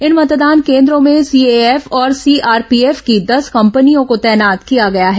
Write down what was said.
इन मतदान केन्द्रो में सीएएफ और सीआरपीएफ की दस कंपनियों को तैनात किया गया है